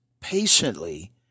patiently